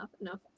enough